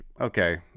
okay